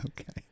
Okay